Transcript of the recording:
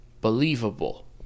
believable